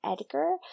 Edgar